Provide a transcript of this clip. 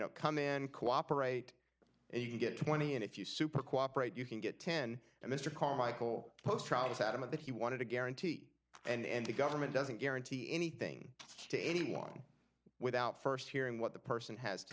know come in cooperate and you can get twenty and if you super cooperate you can get ten and mr carmichael post trial is adamant that he wanted a guarantee and the government doesn't guarantee anything to anyone without st hearing what the person has to